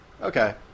Okay